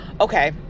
Okay